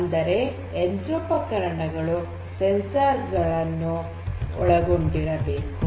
ಅಂದರೆ ಯಂತ್ರೋಪಕರಣಗಳು ಸಂವೇದಕಗಳನ್ನು ಒಳಗೊಂಡಿರಬೇಕು